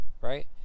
right